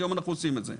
היום אנחנו עושים את זה.